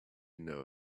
know